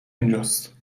اونجاست